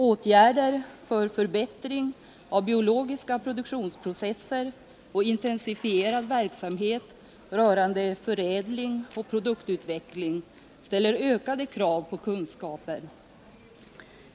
Åtgärder för förbättring av biologiska produktionsprocesser och intensifierad verksamhet rörande förädling och produktutveckling ställer ökade krav på kunskaper.